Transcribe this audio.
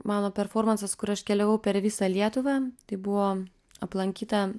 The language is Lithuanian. mano performansas kur aš keliavau per visą lietuvą tai buvo aplankyta